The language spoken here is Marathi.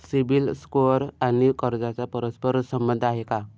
सिबिल स्कोअर आणि कर्जाचा परस्पर संबंध आहे का?